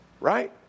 right